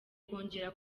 kongera